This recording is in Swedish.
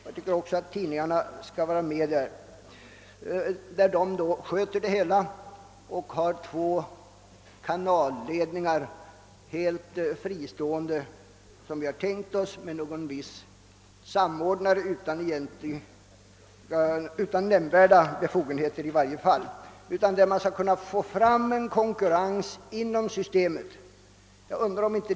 Jag tycker som jag nyss nämnde att det är ganska bra med en styrelse där staten, folkrörelserna och tidningarna är med om att sköta det hela. Men när vi får två kanaler bör det vara två kanalledningar helt fristående från varandra. Man bör då kunna få till stånd konkurrens inom systemet.